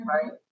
Right